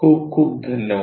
खूप खूप धन्यवाद